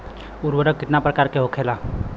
उर्वरक कितना प्रकार के होखेला?